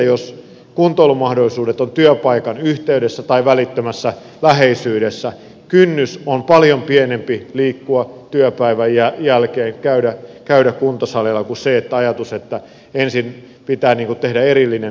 jos kuntoilumahdollisuudet ovat työpaikan yhteydessä tai välittömässä läheisyydessä kynnys liikkua työpäivän jälkeen käydä kuntosalilla on paljon pienempi kuin jos on se ajatus että ensin pitää tehdä erillinen ponnistus sen eteen